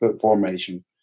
formation